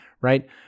right